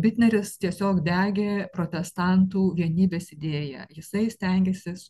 bitneris tiesiog degė protestantų vienybės idėja jisai stengėsi